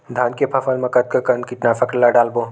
धान के फसल मा कतका कन कीटनाशक ला डलबो?